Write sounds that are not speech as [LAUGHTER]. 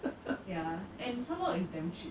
[LAUGHS]